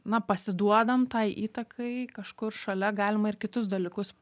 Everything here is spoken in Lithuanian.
na pasiduodam tai įtakai kažkur šalia galima ir kitus dalykus